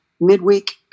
midweek